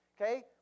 okay